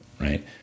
right